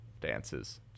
dances